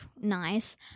nice